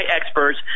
experts